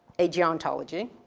a geontology,